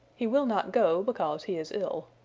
he will not go, because he is ill.